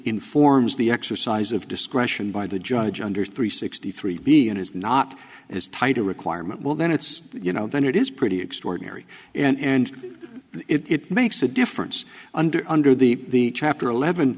informs the exercise of discretion by the judge under three sixty three b n is not as tight a requirement will then it's you know then it is pretty extraordinary and it makes a difference under under the chapter eleven